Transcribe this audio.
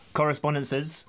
correspondences